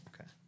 Okay